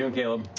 and caleb?